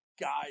guys